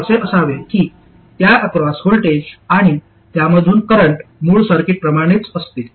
हे असे असावे की त्या अक्रॉस व्होल्टेज आणि त्यामधून करंट मूळ सर्किटप्रमाणेच असतील